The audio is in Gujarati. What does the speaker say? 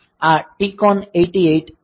આ TCON 88H છે